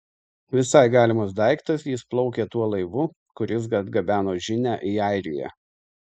visai galimas daiktas jis plaukė tuo laivu kuris atgabeno žinią į airiją